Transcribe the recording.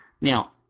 Now